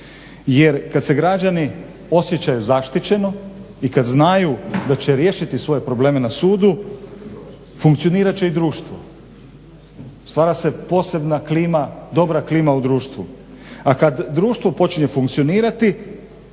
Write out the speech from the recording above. jer kad se građani osjećaju zaštićeno i kad znaju da će riješiti svoje probleme na sudu funkcionirat će i društvo, stvara se posebna klima, dobra klima u društvu. A kad društvo počinje funkcionirati